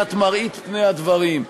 מבחינת מראית פני הדברים,